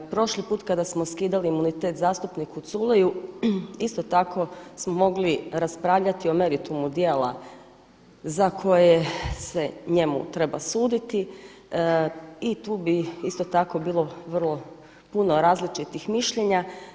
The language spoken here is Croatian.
Prošli put kada smo skidali imunitet zastupniku Culeju isto tako smo mogli raspravljati o meritumu djela za koje se njemu treba suditi i tu bi isto tako bilo vrlo puno različitih mišljenja.